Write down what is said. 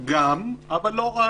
גם, אבל לא רק.